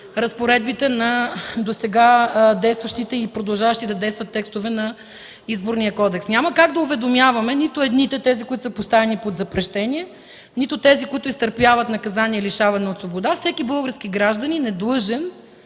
разпоредбите на досега действащите и продължаващи да действат текстове на Изборния кодекс. Няма как да уведомяваме нито едните – тези, които са поставени под запрещение, нито тези, които изтърпяват наказание „лишаване от свобода”. Всеки български гражданин е длъжен